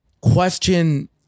question